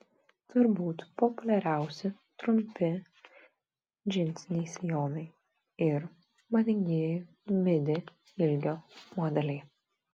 turbūt populiariausi trumpi džinsiniai sijonai ir madingieji midi ilgio modeliai